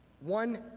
one